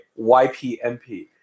YPMP